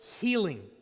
healing